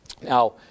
Now